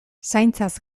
zaintzaz